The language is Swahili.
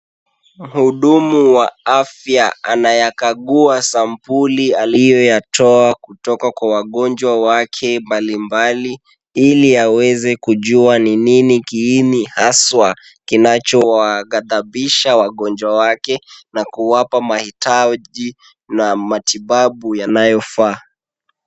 Muhudumu wa afya anayakagua sampuli aliyoyatoa kutoka kwa wagonjwa wake mbalimbali, ili aweze kujua ni nini kiini haswa kinachowagadhabisha wagonjwa wake na kuwapa mahitaji na matibabu yanayofaa.